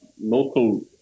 local